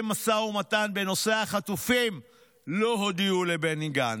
משא ומתן בנושא החטופים לא הודיעו לבני גנץ,